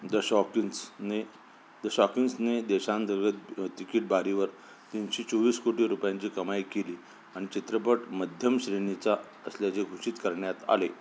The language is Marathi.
द शॉकीन्सने द शॉकीन्सने देशांतर्गत तिकीट बारीवर तीनशे चोवीस कोटी रुपयांची कमाई केली आणि चित्रपट मध्यम श्रेणीचा असल्याचे घोषित करण्यात आले